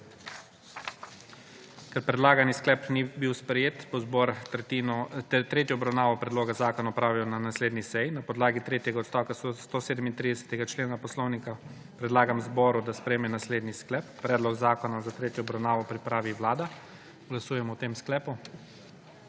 Ker predlagani sklep ni bil sprejet, bo zbor tretjo obravnavo predloga zakona opravil na naslednji seji. Na podlagi tretjega odstavka 137. člena Poslovnika Državnega zbora predlagam zboru, da sprejme naslednji sklep: Predlog zakona za tretjo obravnavo pripravi Vlada. Glasujemo o tem sklepu